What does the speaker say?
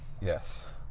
Yes